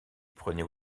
prenait